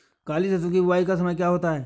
काली सरसो की बुवाई का समय क्या होता है?